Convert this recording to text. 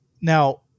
Now